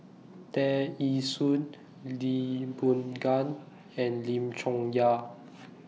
Tear Ee Soon Lee Boon Ngan and Lim Chong Yah